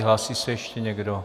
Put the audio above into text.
Hlásí se ještě někdo?